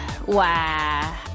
Wow